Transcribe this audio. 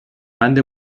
قند